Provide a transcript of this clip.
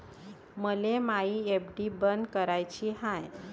मले मायी एफ.डी बंद कराची हाय